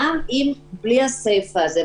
גם בלי הסיפה הזאת,